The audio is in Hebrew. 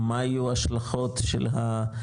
מה יהיו ההשלכות של ההשקעות,